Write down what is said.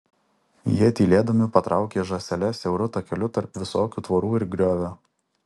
jie tylėdami patraukė žąsele siauru takeliu tarp visokių tvorų ir griovio